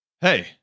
Hey